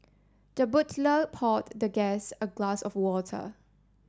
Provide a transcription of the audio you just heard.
the poured the guest a glass of water